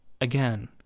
again